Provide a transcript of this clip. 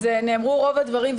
אז נאמרו רוב הדברים,